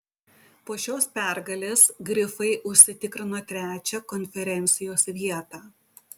po šios pergalės grifai užsitikrino trečią konferencijos vietą